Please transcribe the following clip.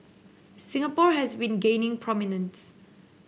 Singapore has been gaining prominence